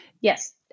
yes